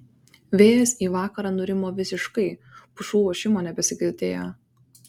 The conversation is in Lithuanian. vėjas į vakarą nurimo visiškai pušų ošimo nebesigirdėjo